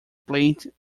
played